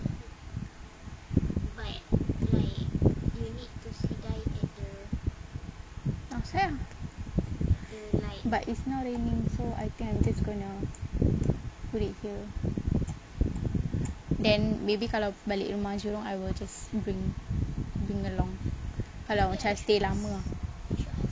outside ah but it's now raining so I think I'm just gonna put it here then maybe kalau balik rumah jurong I will just bring bring along kalau macam I stay lama ah